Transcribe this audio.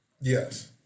Yes